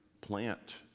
plant